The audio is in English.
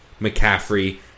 McCaffrey